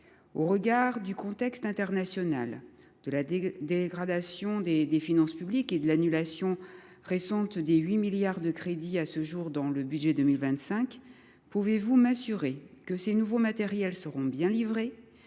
Au regard du contexte international, de la dégradation des finances publiques et de l’annulation de 8 milliards d’euros de crédits, à ce jour, dans le budget pour 2025, pouvez vous m’assurer que ces nouveaux matériels seront bien livrés,